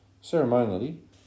Ceremonially